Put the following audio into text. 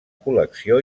col·lecció